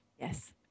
Yes